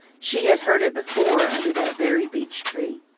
she had heard it before under that very beech tree.